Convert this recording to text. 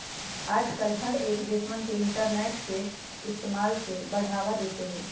आजकल हर एक देशवन इन्टरनेट के इस्तेमाल से बढ़ावा देते हई